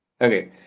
Okay